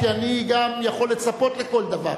כי אני גם יכול לצפות לכל דבר,